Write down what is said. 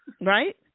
right